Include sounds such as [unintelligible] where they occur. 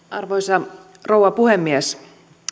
[unintelligible] arvoisa rouva puhemies